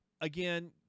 again